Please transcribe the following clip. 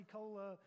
Cola